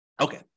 okay